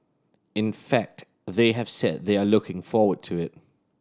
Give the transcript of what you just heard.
in fact they have said they are looking forward to it